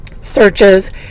Searches